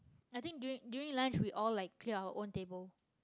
I think during during lunch we all like clear our own table